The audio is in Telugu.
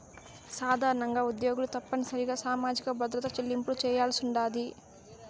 సాధారణంగా ఉద్యోగులు తప్పనిసరిగా సామాజిక భద్రత చెల్లింపులు చేయాల్సుండాది